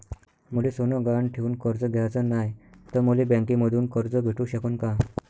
मले सोनं गहान ठेवून कर्ज घ्याचं नाय, त मले बँकेमधून कर्ज भेटू शकन का?